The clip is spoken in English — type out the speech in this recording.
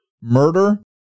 murder